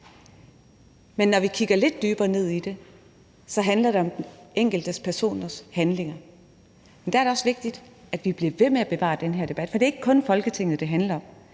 men når vi kigger lidt dybere ned i det, handler det om enkelte personers handlinger, og der er det også vigtigt, at vi bliver ved med at have den her debat. For det er ikke kun Folketinget, det handler om.